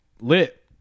Lit